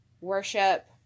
worship